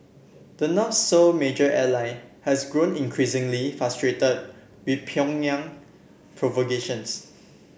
the North's sole major ally has grown increasingly frustrated with Pyongyang provocations